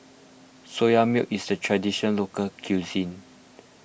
Soya Milk is a tradition local cuisine